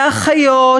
לאחיות,